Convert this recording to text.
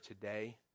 today